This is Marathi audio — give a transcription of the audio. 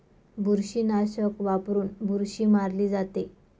बुरशीनाशक वापरून बुरशी मारली जाते